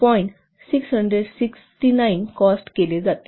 669 cost केले जातील